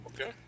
Okay